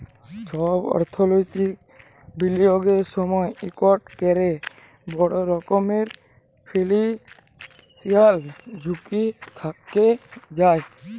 ছব অথ্থলৈতিক বিলিয়গের সময় ইকট ক্যরে বড় রকমের ফিল্যালসিয়াল ঝুঁকি থ্যাকে যায়